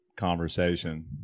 conversation